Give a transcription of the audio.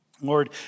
Lord